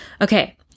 Okay